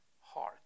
heart